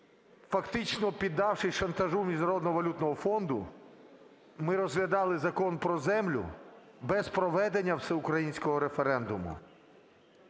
фактично піддавшись шантажу Міжнародного валютного фонду, ми розглядали Закон про землю без проведення всеукраїнського референдуму.